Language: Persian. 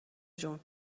جون